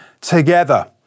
together